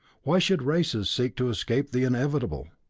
why should races seek to escape the inevitable?